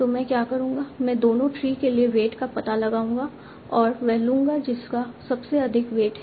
तो मैं क्या करूंगा मैं दोनों ट्री के लिए वेट का पता लगाऊंगा और वह लूंगा जिसका सबसे अधिक वेट है